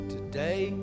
Today